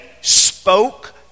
spoke